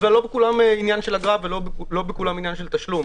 ולא בכולם עניין של אגרה ולא בכולם עניין של תשלום.